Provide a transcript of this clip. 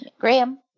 Graham